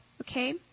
okay